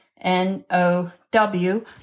N-O-W